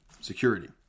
security